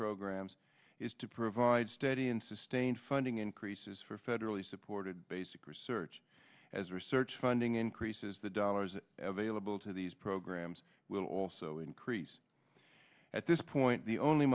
programs is to provide steady and sustained funding increases for federally supported basic research as research funding increases the dollars of a level to these programs will also increase at this point the only